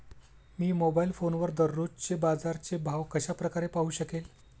मी mobile फोनवर दररोजचे बाजाराचे भाव कशा प्रकारे पाहू शकेल?